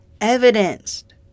evidenced